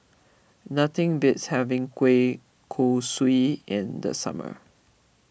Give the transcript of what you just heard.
nothing beats having Kueh Kosui in the summer